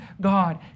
God